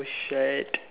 bullshit